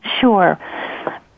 Sure